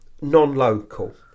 non-local